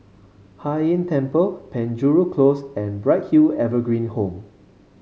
Hai Inn Temple Penjuru Close and Bright Hill Evergreen Home